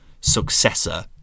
successor